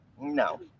No